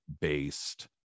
based